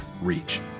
reach